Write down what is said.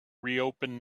reopen